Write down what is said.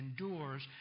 endures